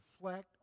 reflect